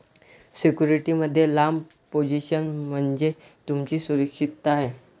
security मध्ये लांब position म्हणजे तुमची सुरक्षितता आहे